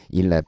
il